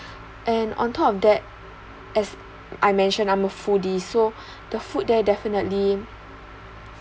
and on top of that I mentioned I'm a foodie so the food there definitely